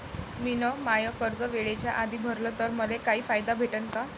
मिन माय कर्ज वेळेच्या आधी भरल तर मले काही फायदा भेटन का?